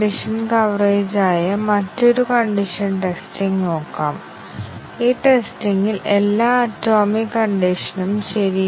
statement coverage ആയ ഒരു ലളിതമായ വൈറ്റ് ബോക്സ് ടെസ്റ്റിംഗ് കവറേജ് അധിഷ്ഠിത ടെസ്റ്റിംഗ് നമുക്ക് നോക്കാം ഇത് ഏറ്റവും ലളിതമായ പരിശോധനയാണ്